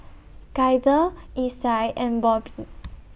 Gaither Isai and Bobbi